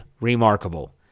remarkable